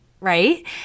right